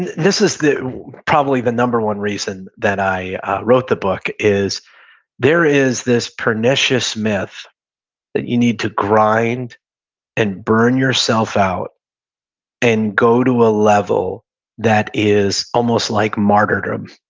and this is probably the number one reason that i wrote the book is there is this pernicious myth that you need to grind and burn yourself out and go to a level that is almost like martyrdom